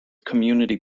community